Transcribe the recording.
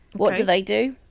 what do they do?